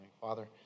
Father